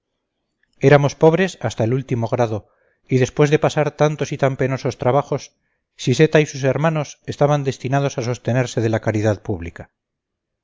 éramos pobres hasta el último grado y después de pasar tantos y tan penosos trabajos siseta y sus hermanos estaban destinados a sostenerse de la caridad pública